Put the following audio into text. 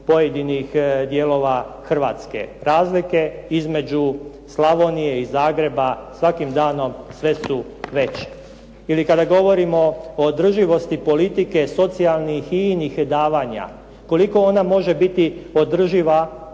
pojedinih dijelova Hrvatske, razlike između Slavonije i Zagreba svakim danom sve su veće. Ili kada govorimo o održivosti politike socijalnih i inih davanja. Koliko ona može biti održiva